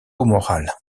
morale